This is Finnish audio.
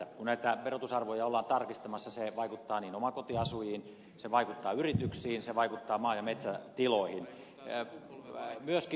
kun näitä verotusarvoja ollaan tarkistamassa se vaikuttaa omakotiasujiin se vaikuttaa yrityksiin se vaikuttaa maa ja metsätiloihin myöskin